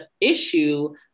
issue